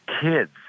kids